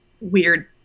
weird